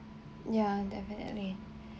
ya definitely